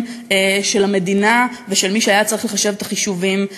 של המדינה ושל מי שהיה צריך לחשב את החישובים בזמן.